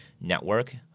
network